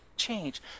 change